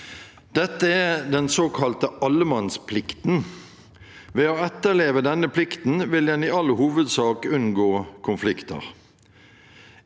Dette er den såkalte allemannsplikten. Ved å etterleve denne plikten vil en i all hovedsak unngå konflikter.